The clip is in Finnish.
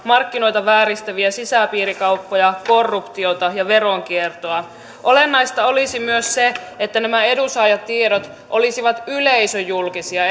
markkinoita vääristäviä sisäpiirikauppoja korruptiota ja veronkiertoa olennaista olisi myös se että nämä edunsaajatiedot olisivat yleisöjulkisia